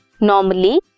normally